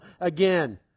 again